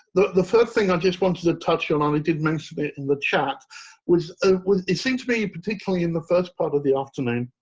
the the first thing i just wanted to touch on. um it did mention it in the chat with ah with it seems to be particularly in the first part of the afternoon.